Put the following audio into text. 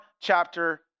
chapter